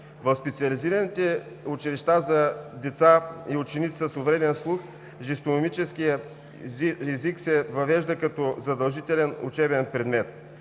в специализираните училища за деца и ученици с увреден слух жестомимичният език се въвежда като задължителен учебен предмет;